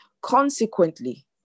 Consequently